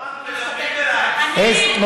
איזו ועדה?